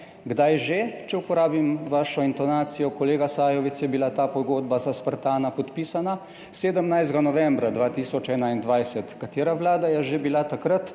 Kdaj že, če uporabim vašo intonacijo, kolega Sajovic, je bila ta pogodba za Spartana podpisana? 17. novembra 2021. Katera vlada je že bila takrat?